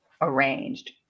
arranged